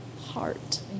heart